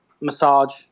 massage